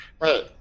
Right